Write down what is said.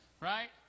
right